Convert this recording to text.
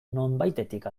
nonbaitetik